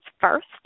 first